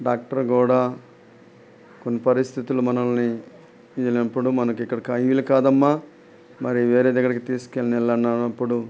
doctor కూడా కొన్ని పరిస్థితులు మనల్ని ఇవ్వలేనప్పుడు మనకు ఇక్కడ కా వీలుకాదమ్మా మరి వేరే దగ్గరికి తీసుకు వెళ్ళన్నప్పుడు